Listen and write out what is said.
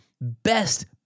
best